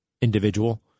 individual